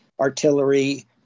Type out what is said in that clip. artillery